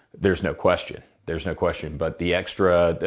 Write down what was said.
there's no question. there's no question, but the extra.